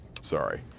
Sorry